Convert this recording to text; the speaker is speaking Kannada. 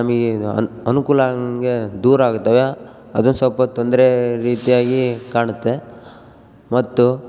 ನಮಗೆ ಇದು ಅನ್ ಅನುಕೂಲ ಆಗೋಂಗೆ ದೂರ ಆಗ್ತವೆ ಅದು ಸ್ವಲ್ಪ ತೊಂದರೆ ರೀತಿಯಾಗಿ ಕಾಣುತ್ತೆ ಮತ್ತು